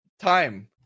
time